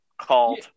called